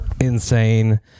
insane